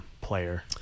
player